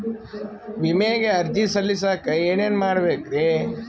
ವಿಮೆಗೆ ಅರ್ಜಿ ಸಲ್ಲಿಸಕ ಏನೇನ್ ಮಾಡ್ಬೇಕ್ರಿ?